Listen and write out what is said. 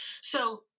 So-